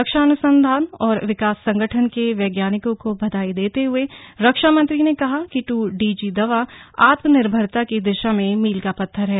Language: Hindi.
रक्षा अनुसंधान और विकास संगठन के वैज्ञानिकों को बधाई देते हुए रक्षा मंत्री ने कहा कि टू डी जी दवा आत्मनिर्भरता की दिशा में मील का पत्थर है